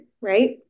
right